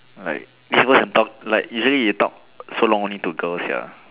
like it's worse than talk like usually you talk so long only to girls sia